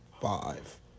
five